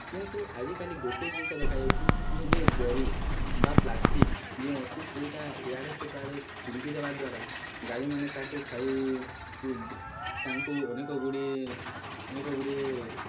କିନ୍ତୁ ଆଜିକାଲି ଗୋଟିଏ ଜିନିଷ ଦେଖାଯାଉଛି ଯେ ଜରି ବା ପ୍ଲାଷ୍ଟିକ୍ ଯେଉଁ ଅଛି ସେଇଟା ଇଆଡ଼େ ସେଆଡ଼େ ଫିଙ୍ଗି ଦେବା ଦ୍ୱାରା ଗାଈମାନେ ତାକୁ ଖାଇ ତାଙ୍କୁ ଅନେକ ଗୁଡ଼ିଏ ଅନେକ ଗୁଡ଼ିଏ